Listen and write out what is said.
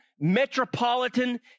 metropolitan